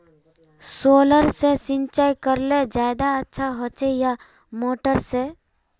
Solar से सिंचाई करले ज्यादा अच्छा होचे या मोटर से?